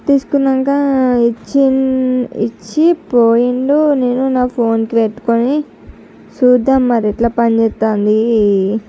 తీసుకున్నాక ఇచ్చిండు ఇచ్చి పోయిండు నేను నా ఫోన్కి పెట్టుకొని చూద్దాం మరి ఎట్లా పనిచేస్తు ఉంది